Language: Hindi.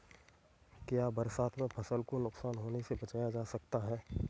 क्या बरसात में फसल को नुकसान होने से बचाया जा सकता है?